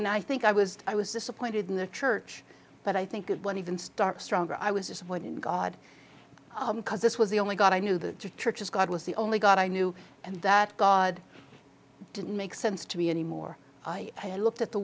and i think i was i was disappointed in the church but i think it was even start stronger i was just one in god because this was the only god i knew the church of god was the only got i knew and that god didn't make sense to me anymore i had looked at the